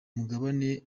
mugabane